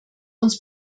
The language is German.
uns